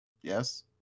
Yes